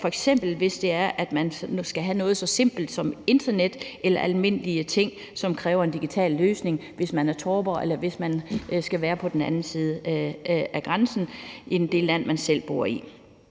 f.eks. hvis man skal have noget så simpelt som internet eller almindelige ting, som kræver en digital løsning, hvis man er torpare, eller hvis man skal være på den anden side af grænsen end det land, man selv bor i.